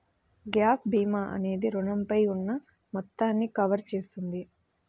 gap భీమా అనేది రుణంపై ఉన్న మొత్తాన్ని కవర్ చేస్తుంది